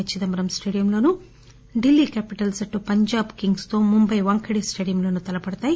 ఏ చిదంబరం స్టేడియంలోనూ Delhi Capitals Punjab Kings తో ముంబై వాంఖేడె స్టేడియంలోనూ తలపడతాయి